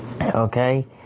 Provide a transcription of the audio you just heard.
Okay